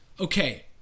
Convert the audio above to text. Okay